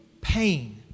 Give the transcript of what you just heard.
pain